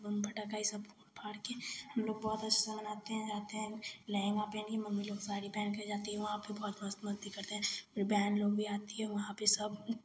बम पटाखा यह सब फोड़ फाड़कर हमलोग बहुत अच्छे से मनाते हैं रहते हैं लहँगा पहनी मम्मी लोग साड़ी पहनकर जाती हैं वहाँ पर बहुत मस्त मस्ती करते हैं मेरी बहन लोग भी आती है वहाँ पर सब